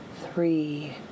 three